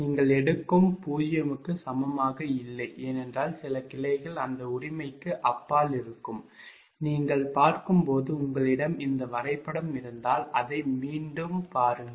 நீங்கள் எடுக்கும் 0 க்கு சமமாக இல்லை ஏனென்றால் சில கிளைகள் அந்த உரிமைக்கு அப்பால் இருக்கும் நீங்கள் பார்க்கும் போது உங்களிடம் இந்த வரைபடம் இருந்தால் அதை மீண்டும் பாருங்கள்